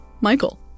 michael